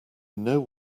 know